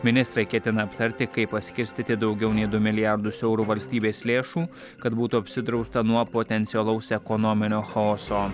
ministrai ketina aptarti kaip paskirstyti daugiau nei du milijardus eurų valstybės lėšų kad būtų apsidrausta nuo potencialaus ekonominio chaoso